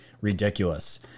ridiculous